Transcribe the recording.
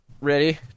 Ready